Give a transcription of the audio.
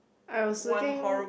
I was looking